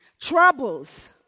Troubles